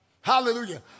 Hallelujah